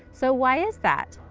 so why is that?